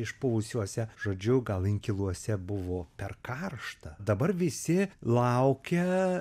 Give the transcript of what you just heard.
išpuvusiuose žodžiu gal inkiluose buvo per karšta dabar visi laukia